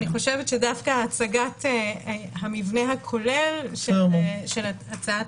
אני חושבת שדווקא הצגת המבנה הכולל של הצעת